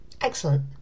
Excellent